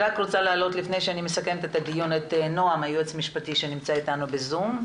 לפני שאסכם את הדיון אני רוצה להעלות את נועם היועץ המשפטי שנמצא בזום,